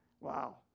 Wow